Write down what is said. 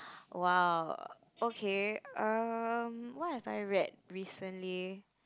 !wow! okay um what have I read recently